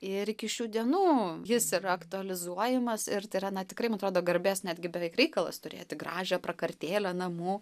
ir iki šių dienų jis yra aktualizuojamas ir tai yra na tikrai man atrodo garbės netgi beveik reikalas turėti gražią prakartėlę namų